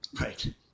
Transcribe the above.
Right